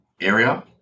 area